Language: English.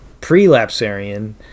pre-lapsarian